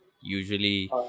usually